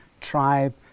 tribe